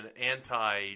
anti